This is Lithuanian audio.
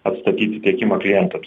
atstatyti tiekimą klientams